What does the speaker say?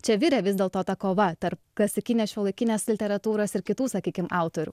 čia virė vis dėlto ta kova tarp klasikinės šiuolaikinės literatūros ir kitų sakykim autorių